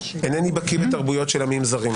אינני בקי בתרבויות של עמים זרים,